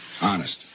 Honest